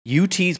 UT's